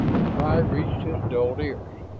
the cry reached his dulled ears.